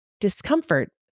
Discomfort